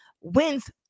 wins